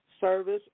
service